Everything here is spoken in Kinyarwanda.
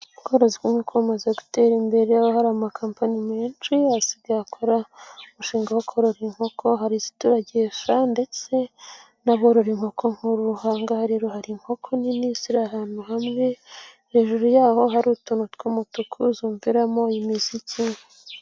Ubworozi bw'inkoko bumaze gutera imbere, aho hari amakampani menshi asigaye akora umushinga wo korora inkoko, hari izituragisha ndetse naborora inkoko nkuru, ahangaha rero hari inkoko nini ziri ahantu hamwe, hejuru yaho hari utuntu tw'umutuku zumviramo imiziki.